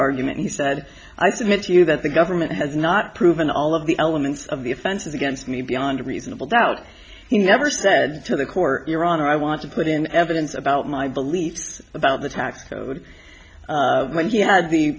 argument he said i submit to you that the government has not proven all of the elements of the offense against me beyond a reasonable doubt he never said to the court your honor i want to put in evidence about my beliefs about the tax code when he had the